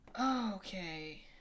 Okay